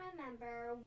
remember